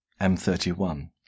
M31